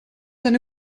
eine